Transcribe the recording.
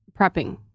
prepping